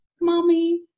mommy